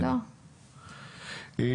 שמוליק בן יעקב,